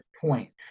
point